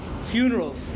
Funerals